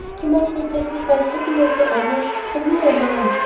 you must not sacrifice happiness or honor, for me or mine.